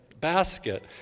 basket